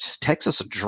Texas